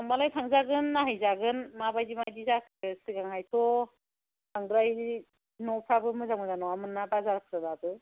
थांबालाय थांजागोन नायहैजागोन माबायदि माबायदि जाखो सिगांहायथ' बांद्राय न'फ्राबो मोजां मोजां नङामोन ना बाजारफोराबो